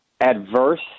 adverse